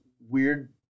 weird